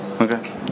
Okay